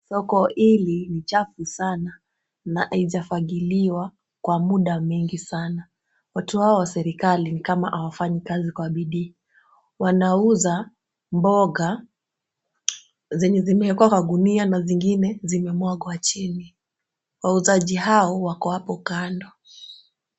Soko hili ni chafu sana na haijafagiliwa kwa muda mwingi sana. Watu hawa wa serikali ni kama hawafanyi kazi kwa bidii. Wanauza mboga zenye zimewekwa kwa gunia na zingine zimemwagwa chini. Wauzaji hao wako hapo kando.